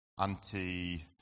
anti